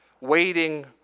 waiting